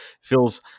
feels